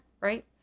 right